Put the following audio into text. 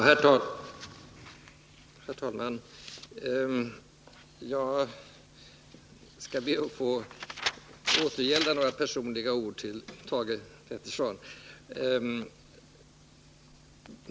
Herr talman! Jag skall be att till Thage Peterson få återgälda några personliga ord.